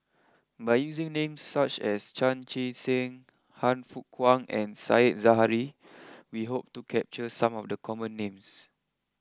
by using names such as Chan Chee Seng Han Fook Kwang and Sai Zahari we hope to capture some of the common names